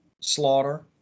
slaughter